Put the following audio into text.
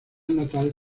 natal